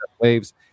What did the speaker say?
waves